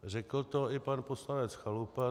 Řekl to i pan poslanec Chalupa.